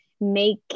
make